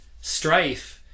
strife